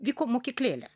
vyko mokyklėlė